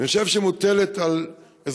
אני בטוח שגם היושב-ראש ביטא את זה,